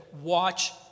watch